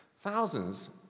thousands